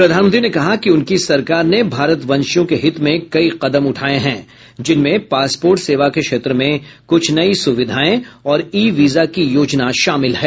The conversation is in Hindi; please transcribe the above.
प्रधानमंत्री ने कहा कि उनकी सरकार ने भारतवंशियों के हित में कई कदम उठाये हैं जिनमें पासपोर्ट सेवा के क्षेत्र में कुछ नई सुविधाएं और ई वीजा की योजना शामिल है